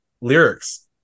lyrics